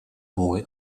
boy